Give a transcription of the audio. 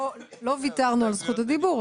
לא ויתרנו על זכות הדיבור.